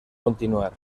continuar